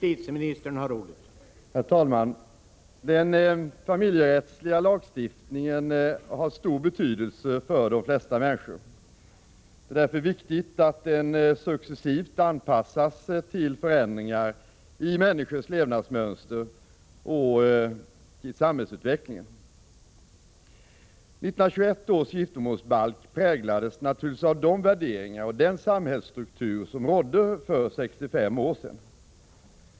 Herr talman! Den familjerättsliga lagstiftningen har stor betydelse för de flesta människor. Det är därför viktigt att den successivt anpassas till förändringar i människors levnadsmönster och i samhällsutvecklingen. 1921 års giftermålsbalk präglades naturligtvis av de värderingar och den samhällsstruktur som rådde för 65 år sedan.